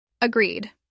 Agreed